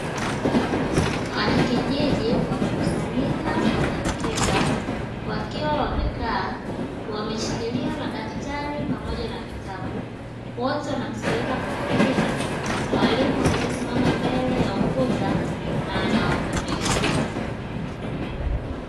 Wanakijiji wamekusanyika kwenye mkeka wakiwa wamekaa wameshikilia madaftari pamoja na vitabu wote wanamsikiliza kwa makini mwalimu aliyesimama mbele ya ukuta na anawafundisha.